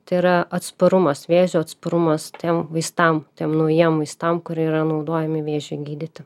tai yra atsparumas vėžio atsparumas tiem vaistam tiem naujiem vaistams kurie yra naudojami vėžiui gydyti